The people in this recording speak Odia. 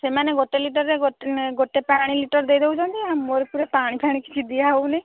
ସେମାନେ ଗୋଟେ ଲିଟରରେ ଗୋଟେ ପାଣି ଲିଟର ଦେଇ ଦେଉଛନ୍ତି ମୋର ପରା ପାଣି ଫାଣି କିଛି ଦିଆହେଉନି